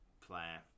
player